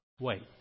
Wait